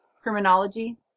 Criminology